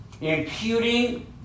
imputing